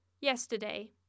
yesterday